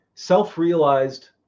Self-realized